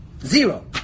Zero